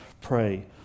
pray